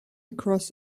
across